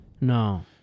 No